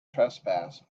trespass